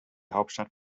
hauptstadt